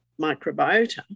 microbiota